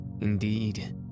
Indeed